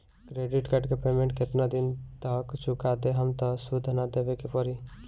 Credit card के payment केतना दिन तक चुका देहम त सूद ना देवे के पड़ी?